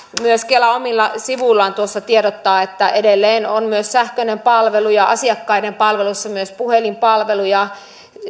myös kela omilla sivuillaan tiedottaa että edelleen on myös sähköinen palvelu ja asiakkaiden palvelussa myös puhelinpalveluja